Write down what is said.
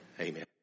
Amen